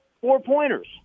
four-pointers